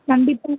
கண்டிப்பாக